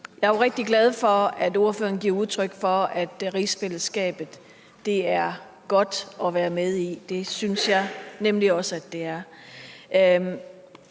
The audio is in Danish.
Jeg er jo rigtig glad for, at ordføreren giver udtryk for, at rigsfællesskabet er godt at være med i. Det synes jeg nemlig også at det er.